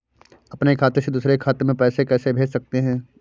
अपने खाते से दूसरे खाते में पैसे कैसे भेज सकते हैं?